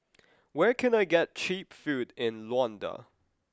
where can I get cheap food in Luanda